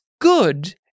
good